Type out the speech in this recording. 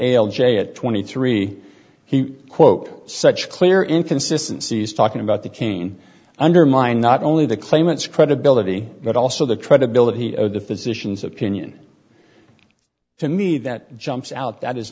l j at twenty three dollars he quote such a clear inconsistency is talking about the cain undermine not only the claimants credibility but also the credibility of the physician's opinion to me that jumps out that is